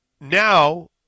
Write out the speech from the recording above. Now